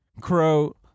crow